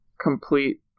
complete